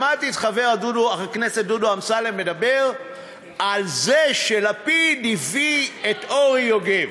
שמעתי את חבר הכנסת דודו אמסלם מדבר על זה שלפיד הביא את אורי יוגב.